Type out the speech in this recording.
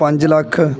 ਪੰਜ ਲੱਖ